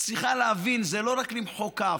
צריכה להבין: זה לא רק למחוא כף,